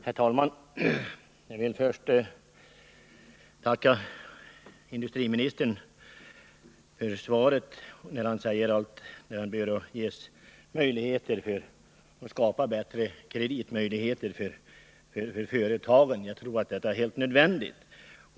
Om sysselsätt Herr talman! Jag vill först tacka industriministern för svaret på min ningen i Värmlands interpellation, där han sade att det bör skapas ytterligare kreditmöjligheter för — län företagen. Jag tror att detta är helt nödvändigt.